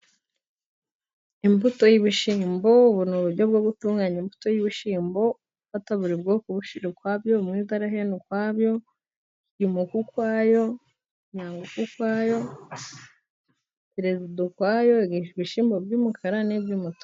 Imbuto y'ibishyimbo, ubu ni uburyo bwo gutunganya imbuto y'ibishimbo, ufata buri bwoko ubushyira ukwabyo, umwuzarahenda ukwabyo, kiryumukwe ukwayo, nyagufi ukwayo, perezida ukwayo, ibishyimbo by'umukara n'iby'umutuku.